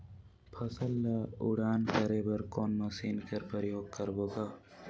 फसल ल उड़ान करे बर कोन मशीन कर प्रयोग करबो ग?